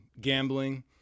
gambling